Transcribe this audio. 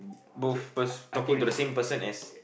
both first talking to same person as